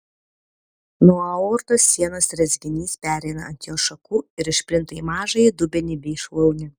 nuo aortos sienos rezginys pereina ant jos šakų ir išplinta į mažąjį dubenį bei šlaunį